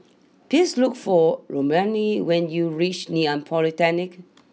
please look for Romaine when you reach Ngee Ann Polytechnic